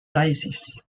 diocese